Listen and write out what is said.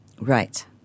Right